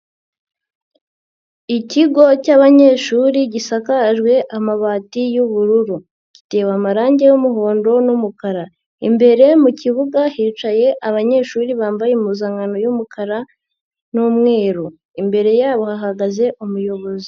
Ikigo cy'abanyeshuri gisakajwe amabati y'ubururu gitewe amarangi y'umuhondo n'umukara, imbere mu kibuga hicaye abanyeshuri bambaye impuzankano y'umukara n'umweru, imbere yabo hahagaze umuyobozi.